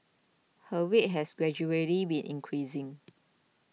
her weight has gradually been increasing